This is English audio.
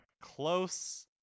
Close